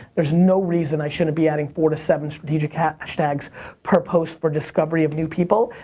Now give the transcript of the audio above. there's no reason i shouldn't be adding four to seven strategic hashtags per post for discovery of new people.